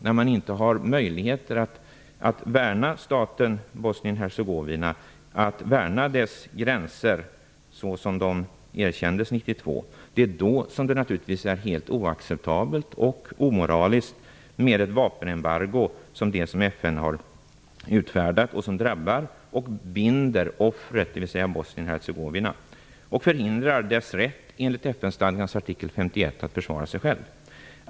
När man inte har möjligheter att värna staten 1992 är det helt oacceptabelt och omoraliskt med ett vapenembargo som det som FN har utfärdat. Det drabbar och binder offret, dvs. Bosnien Hercegovina, och förhindrar dess rätt enligt FN stadgans artikel 51 att försvara sig själv.